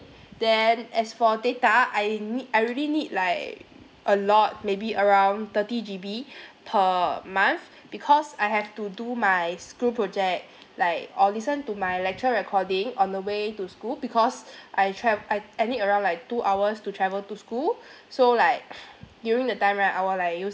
then as for data I need I really need like a lot maybe around thirty G_B per month because I have to do my school project like or listen to my lecture recording on the way to school because I trav~ I I need around like two hours to travel to school so like during the time right I will like use